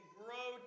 grow